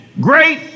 Great